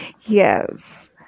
Yes